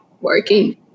working